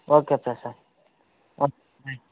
okay Prasad okay bye